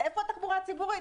איפה התחבורה הציבורית?